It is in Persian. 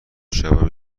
شبم